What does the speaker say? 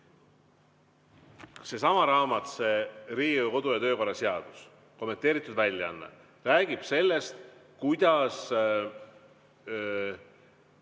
Seesama raamat, Riigikogu kodu‑ ja töökorra seaduse kommenteeritud väljaanne räägib sellest, kuidas